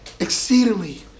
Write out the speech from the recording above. exceedingly